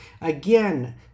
again